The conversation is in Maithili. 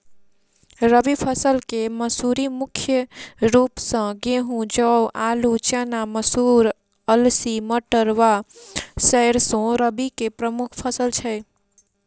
रबी फसल केँ मसूरी मुख्य रूप सँ गेंहूँ, जौ, आलु,, चना, मसूर, अलसी, मटर व सैरसो रबी की प्रमुख फसल छै